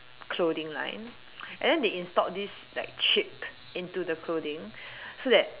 clothing line and then they installed this like chip into the clothing so that